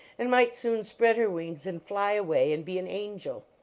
and might soon spread her wings and fly away and be an angel.